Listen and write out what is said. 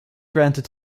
granted